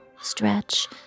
stretch